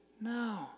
No